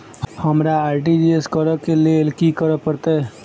हमरा आर.टी.जी.एस करऽ केँ लेल की करऽ पड़तै?